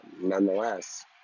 Nonetheless